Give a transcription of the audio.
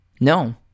No